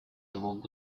двух